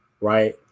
right